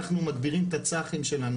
אנחנו מגבירים את הצח"י שלנו,